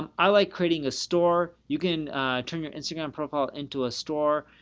um i like creating a store. you can turn your instagram profile into a store,